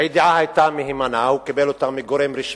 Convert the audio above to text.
הידיעה היתה מהימנה, הוא קיבל אותה מגורם רשמי,